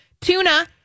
Tuna